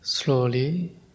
Slowly